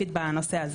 נשלח.